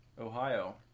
ohio